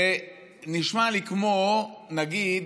זה נשמע לי כמו, נגיד,